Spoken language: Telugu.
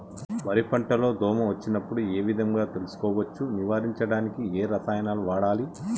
వరి పంట లో దోమ వచ్చినప్పుడు ఏ విధంగా తెలుసుకోవచ్చు? నివారించడానికి ఏ రసాయనాలు వాడాలి?